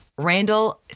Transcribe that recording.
Randall